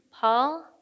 Paul